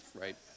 right